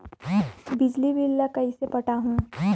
बिजली बिल ल कइसे पटाहूं?